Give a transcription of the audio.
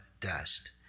dust